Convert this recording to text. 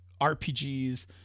RPGs